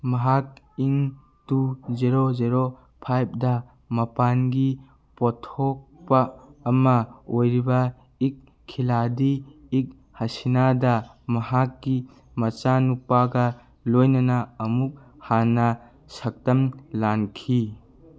ꯃꯍꯥꯛ ꯏꯪ two zero zero ꯐꯥꯏꯚꯗ ꯃꯄꯥꯟꯒꯤ ꯄꯣꯊꯣꯛꯄ ꯑꯃ ꯑꯣꯏꯔꯤꯕ ꯏꯛ ꯈꯤꯂꯥꯗꯤ ꯏꯛ ꯍꯁꯤꯅꯥꯗ ꯃꯍꯥꯛꯀꯤ ꯃꯆꯥꯅꯨꯄꯥꯒ ꯂꯣꯏꯅꯅ ꯑꯃꯨꯛ ꯍꯥꯟꯅ ꯁꯛꯇꯝ ꯂꯥꯡꯈꯤ